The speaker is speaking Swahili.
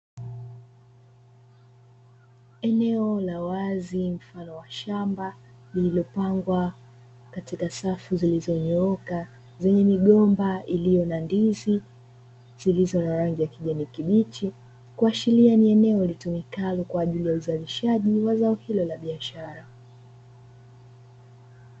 Eneo la wazi mfano wa shamba lililopangwa katika safu zilizonyooka zenye migomba iliyo na ndizi, zilizo na rangi za kijani kibichi kuashiria ni eneo lilitumikalo kwa ajili ya uzalishaji wa zao hilo la biashara.